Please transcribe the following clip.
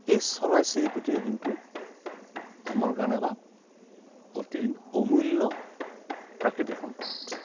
এই চৰাই চিৰিকটিও কিন্তু আমাৰ কাৰণে এটা অতি অমূল্য প্ৰাকৃতিক সম্পদ